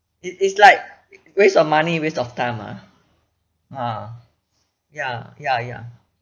it is like waste of money waste of time ah ah ya ya ya